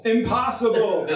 Impossible